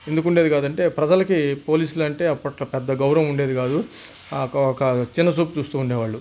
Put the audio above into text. ఎందుకు ఉండేది కాదు అంటే ప్రజలకి పోలీస్లు అంటే అప్పట్లో పెద్ద గౌరవం ఉండేది కాదు అప్పుడు ఒక చిన్న చూపు చూస్తూ ఉండేవాళ్ళు